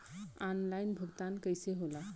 Online भुगतान कईसे होला?